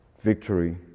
victory